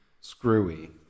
screwy